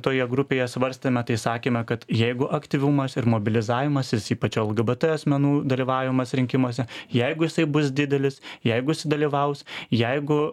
toje grupėje svarstėme tai sakėme kad jeigu aktyvumas ir mobilizavimasis ypač lgbt asmenų dalyvavimas rinkimuose jeigu jisai bus didelis jeigu sudalyvaus jeigu